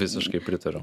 visiškai pritariu